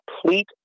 complete